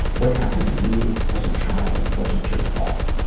what happened to you as a child wasn't your fault,